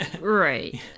right